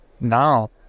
now